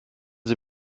sie